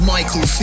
Michael